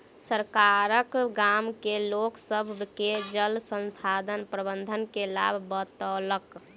सरकार गाम के लोक सभ के जल संसाधन प्रबंधन के लाभ बतौलक